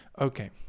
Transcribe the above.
okay